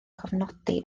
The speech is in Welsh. cofnodi